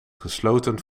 gesloten